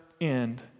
end